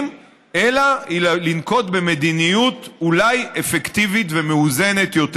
אלא לנקוט מדיניות אולי אפקטיבית ומאוזנת יותר,